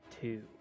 two